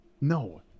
No